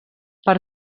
per